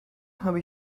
habe